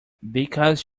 because